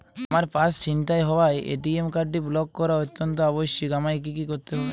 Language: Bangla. আমার পার্স ছিনতাই হওয়ায় এ.টি.এম কার্ডটি ব্লক করা অত্যন্ত আবশ্যিক আমায় কী কী করতে হবে?